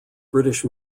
british